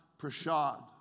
Prashad